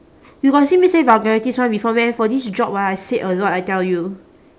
you got see me say vulgarities [one] before meh for this job !wah! I said a lot I tell you